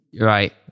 right